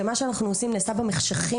שמה שאנחנו עושים נעשה במחשכים,